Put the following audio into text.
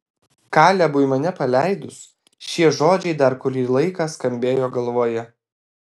kalebui mane paleidus šie žodžiai dar kurį laiką skambėjo galvoje